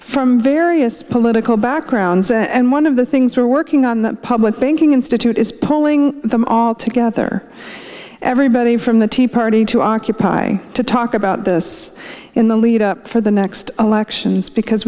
from various political backgrounds and one of the things we're working on that public banking institute is pulling them all together everybody from the tea party to occupy to talk about this in the lead up for the next elections because